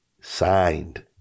signed